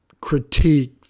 critique